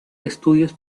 estudios